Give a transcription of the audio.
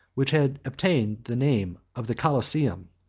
which has obtained the name of the coliseum,